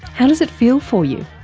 how does it feel for you?